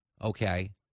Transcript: Okay